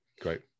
great